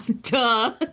duh